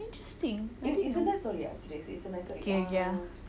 interesting okay okay